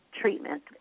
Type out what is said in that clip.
treatment